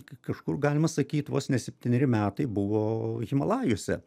kažkur galima sakyt vos ne septyneri metai buvo himalajuose